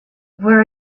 where